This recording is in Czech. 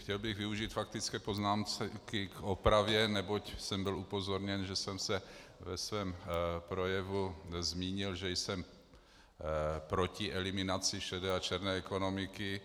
Chtěl bych využít faktické poznámky k opravě, neboť jsem byl upozorněn, že jsem se ve svém projevu zmínil, že jsem proti eliminaci šedé a černé ekonomiky.